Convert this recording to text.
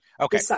Okay